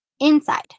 Inside